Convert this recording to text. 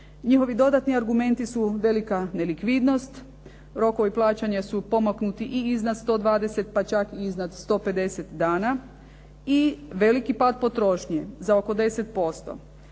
Njihovi dodatni argumenti su velika nelikvidnost, rokovi plaćanja su pomaknuti i iznad 120, pa čak i iznad 150 dana i veliki pad potrošnje za oko 10%.